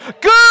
good